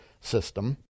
system